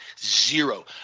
zero